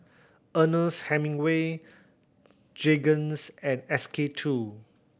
Ernest Hemingway Jergens and S K Two